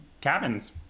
cabins